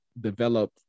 develop